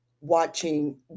watching